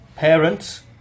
Parents